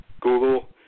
google